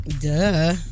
Duh